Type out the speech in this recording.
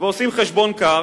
ועושים חשבון קר